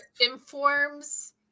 informs